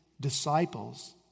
disciples